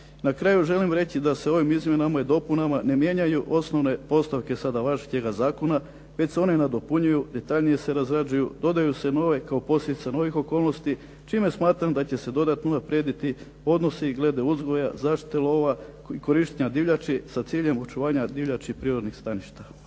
Na kraju želim reći da se ovim izmjenama i dopunama ne mijenjaju osnovne postavke sada važećega zakona već se one nadopunjuju, detaljnije se razrađuju, dodaju se nove kao posljedica novih okolnosti čime smatram da će se dodatno unaprijediti odnosi glede uzgoja, zaštite lova, korištenja divljači sa ciljem očuvanja divljači prirodnih staništa.